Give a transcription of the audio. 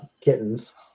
kittens